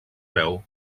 veu